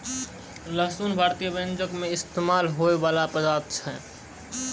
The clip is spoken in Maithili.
लहसुन भारतीय व्यंजनो मे इस्तेमाल होय बाला पदार्थ छै